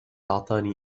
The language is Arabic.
أعطاني